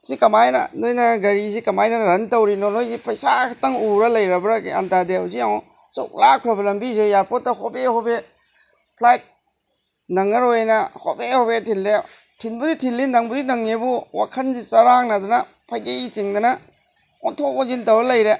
ꯁꯤ ꯀꯃꯥꯏꯅ ꯅꯣꯏꯅ ꯒꯥꯔꯤꯁꯤ ꯀꯃꯥꯏꯅ ꯔꯟ ꯇꯧꯔꯤꯅꯣ ꯅꯣꯏꯁꯤ ꯄꯩꯁꯥ ꯈꯛꯇꯪ ꯎꯔ ꯂꯩꯔꯕ꯭ꯔꯥ ꯒ꯭ꯌꯥꯟ ꯇꯥꯗꯦ ꯍꯧꯖꯤꯛ ꯌꯦꯡꯎ ꯑꯁꯨꯛ ꯂꯥꯞꯈ꯭ꯔꯕ ꯂꯝꯕꯤꯁꯤꯗ ꯑꯦꯌꯥꯔꯄꯣꯠꯇ ꯍꯣꯕꯦ ꯍꯣꯕꯦ ꯐ꯭ꯂꯥꯏꯠ ꯅꯪꯂꯔꯣꯏꯅ ꯍꯣꯕꯦ ꯍꯣꯕꯦ ꯊꯤꯜꯂꯦ ꯊꯤꯟꯕꯨꯗꯤ ꯊꯤꯜꯂꯤ ꯅꯪꯕꯨꯗꯤ ꯅꯪꯉꯦꯕꯨ ꯋꯥꯈꯜꯁꯤ ꯆꯔꯥꯡꯅꯗꯅ ꯐꯩꯖꯩ ꯆꯤꯡꯗꯅ ꯑꯣꯟꯊꯣꯛ ꯑꯣꯟꯁꯤꯟ ꯇꯧꯔ ꯂꯩꯔꯦ